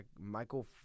Michael